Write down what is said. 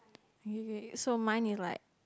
okay okay so mine is like